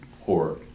horror